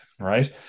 Right